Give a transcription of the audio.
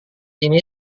ini